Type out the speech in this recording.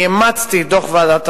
אני אימצתי את דוח ועדת-אריאל,